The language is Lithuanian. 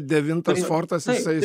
devintas fortas jisai